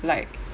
like